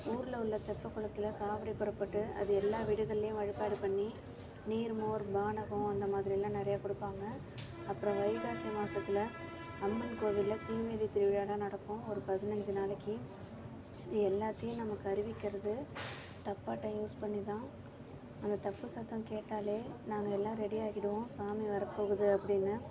ஊர்ல உள்ள தெப்பக்குளத்தில் காவடி புறப்பட்டு அது எல்லா வீடுகள்லேயும் வழிபாடு பண்ணி நீர்மோர் பானகம் அந்த மாதிரிலாம் நிறையா கொடுபாங்க அப்புறம் வைகாசி மாசத்தில் அம்மன் கோவில்ல தீமிதி திருவிழாலாம் நடக்கும் ஒரு பதினஞ்சு நாளைக்கு அது எல்லாத்தையும் நமக்கு அறிவிக்கிறது தப்பாட்டம் யூஸ் பண்ணிதான் அந்த தப்பு சத்தம் கேட்டாலே நாங்கள் எல்லாம் ரெடி ஆகிடுவோம் சாமி வரப்போகுது அப்படின்னு